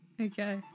Okay